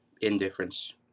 indifference